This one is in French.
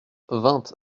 vingt